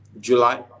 July